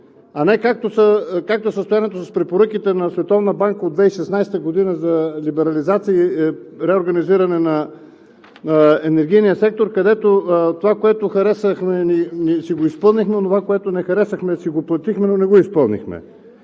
А не както състоянието с препоръките на Световната банка от 2016 г. за либерализация и реорганизиране на енергийния сектор, където това, което харесахме, си го изпълнихме, а онова, което не харесахме, си го платихме, но не го изпълнихме.